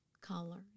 color